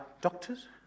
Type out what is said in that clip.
doctors